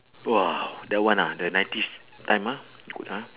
!wah! that one ah the nineties time ah good ah